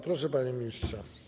Proszę, panie ministrze.